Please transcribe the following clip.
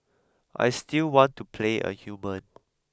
I still want to play a human